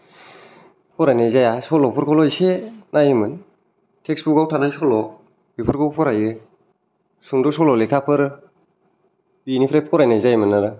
फरायनाय जाया सल'फोरखौल' एसे नायोमोन टेक्स बुकआव थानाय सल' बेफोरखौ फरायो सुंद' सल' लेखाफोर बेनिफ्राय फरायनाय जायोमोन आरो